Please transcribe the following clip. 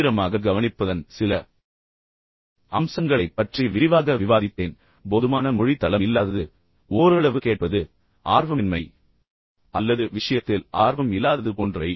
தீவிரமாக கவனிப்பதன் சில அம்சங்களைப் பற்றி நான் பின்னர் விரிவாக விவாதித்தேன் போதுமான மொழித் தளம் இல்லாதது ஓரளவு கேட்பது ஆர்வமின்மை அல்லது விஷயத்தில் ஆர்வம் இல்லாதது போன்றவை